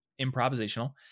improvisational